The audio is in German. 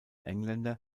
engländer